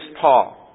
Paul